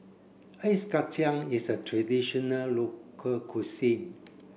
ice Kacang is a traditional local cuisine